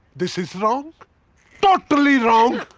this is wrong totally wrong.